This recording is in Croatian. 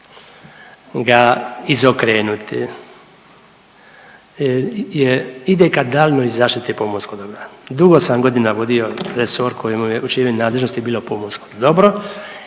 ga izokrenuti ide ka daljnjoj zaštiti pomorskog dobra. Dugo sam godina vodio resor u čijoj je nadležnosti bilo pomorsko i